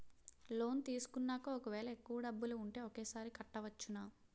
Loan తీసుకున్నాక ఒకవేళ ఎక్కువ డబ్బులు ఉంటే ఒకేసారి కట్టవచ్చున?